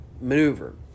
maneuver